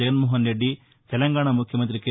జగన్మోహన్ రెడ్డి తెలంగాణ ముఖ్యమంత్రి కె